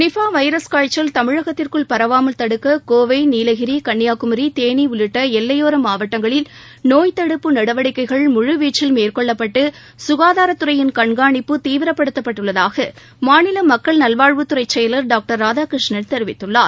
Nipah virus காய்ச்சல் தமிழகத்திற்குள் பரவாமல் தடுக்க கோவை நீலகிரி கன்னியாகுமரி தேனி உள்ளிட்ட எல்லையோர மாவட்டங்களில் நோய்தடுப்பு நடவடிக்கைகள் முழு வீச்சில் மேற்கொள்ளப்பட்டு சுகாதாரத் துறையின் கண்காணிப்பு தீவிரப்படுத்தப்பட்டுள்ளதாக மாநில மக்கள் நல்வாழ்வுத் துறை செயலர் டாக்டர் ராதாகிருஷ்ணன் தெரிவித்துள்ளார்